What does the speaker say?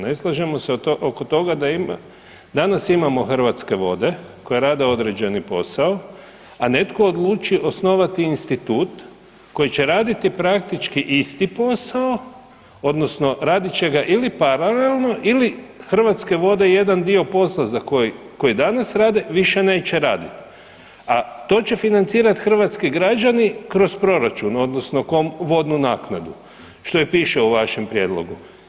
Ne slažemo se oko toga da ima, danas imamo Hrvatske vode koje rade određeni posao, a netko odluči osnovati institut koji će raditi praktički isti posao odnosno radit će ga ili paralelno ili Hrvatske vode jedan dio posla za koji, koji danas rade više neće radit, a to će financirat hrvatski građani kroz proračun odnosno vodnu naknadu, što i piše u vašem prijedlogu.